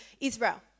Israel